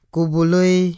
Kubului